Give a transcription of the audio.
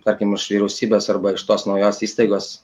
tarkim iš vyriausybės arba iš tos naujos įstaigos